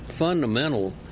fundamental